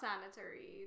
sanitary